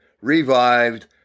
revived